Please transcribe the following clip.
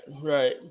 right